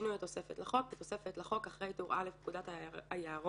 שינוי התוספת לחוק טור ב' טור א' תקנות